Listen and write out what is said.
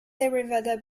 theravada